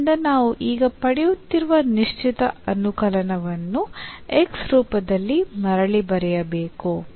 ಆದ್ದರಿಂದ ನಾವು ಈಗ ಪಡೆಯುತ್ತಿರುವ ನಿಶ್ಚಿತ ಅನುಕಲನವನ್ನು x ರೂಪದಲ್ಲಿ ಮರಳಿ ಬರೆಯಬೇಕು